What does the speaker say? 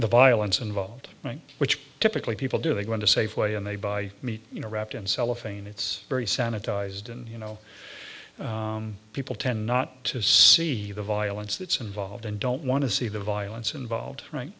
the violence involved which typically people do they want to safeway and they buy meat you know wrapped in cellophane it's very sanitized and you know people tend not to see the violence that's involved and don't want to see the violence involved right